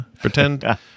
pretend